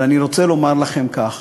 אבל אני רוצה לומר לכם כך: